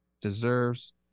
deserves